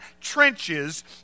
trenches